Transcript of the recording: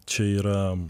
čia yra